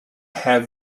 have